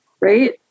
right